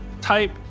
type